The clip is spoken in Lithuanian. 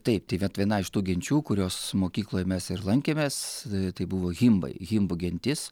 taip tai vat viena iš tų genčių kurios mokykloj mes ir lankėmės tai buvo himbai himbų gentis